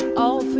all